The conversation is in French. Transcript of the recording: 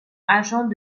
agent